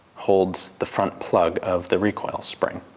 holds the front plug of the recoil spring,